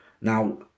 Now